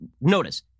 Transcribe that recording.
notice